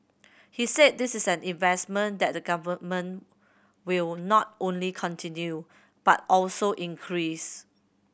he said this is an investment that the Government will not only continue but also increase